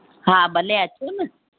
हा भले अचो न